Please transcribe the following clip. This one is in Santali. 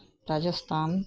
ᱨᱟᱡᱚᱥᱛᱷᱟᱱ